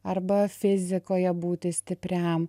arba fizikoje būti stipriam